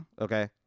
Okay